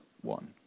one